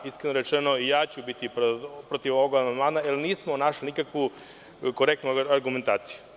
Iskreno rečeno, i ja ću biti protiv ovog amandmana, jer nismo našli nikakvu korektnu argumentaciju.